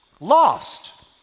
Lost